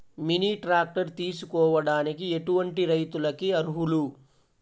Mini tractor తీసుకోవడానికి ఎటువంటి రైతులకి అర్హులు?